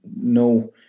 no